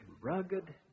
rugged